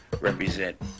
represent